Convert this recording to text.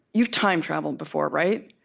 you've time-traveled before, right?